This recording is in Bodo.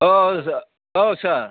औ सार औ सार